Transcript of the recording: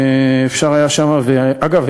ואגב,